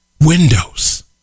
Windows